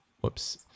whoops